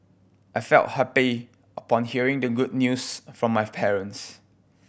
I felt happy upon hearing the good news from my parents